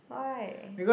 why